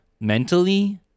mentally